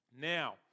Now